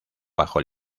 bajo